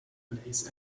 lays